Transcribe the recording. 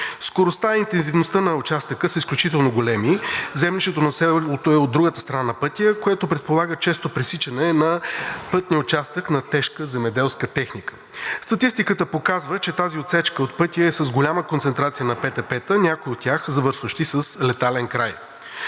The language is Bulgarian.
Скоростта и интензивността на участъка са изключително големи. Землището на селото е от другата страна на пътя, което предполага често пресичане на пътния участък на тежка земеделска техника. Статистиката показва, че тази отсечка от пътя е с голяма концентрация на ПТП-та, някои от тях завършващи с летален край.